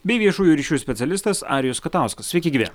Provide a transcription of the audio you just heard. bei viešųjų ryšių specialistas arijus katauskas sveiki gyvi